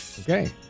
Okay